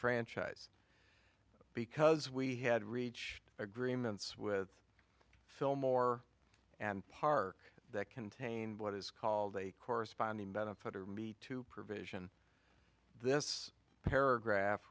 franchise because we had reach agreements with fillmore and park that contained what is called a corresponding benefit or meet to provision this paragraph